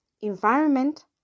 Environment